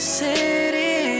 city